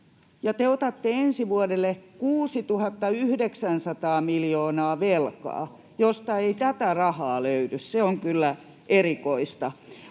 ja te otatte ensi vuodelle 6 900 miljoonaa velkaa, [Petri Huru: Ohhoh!] josta ei tätä rahaa löydy. Se on kyllä erikoista.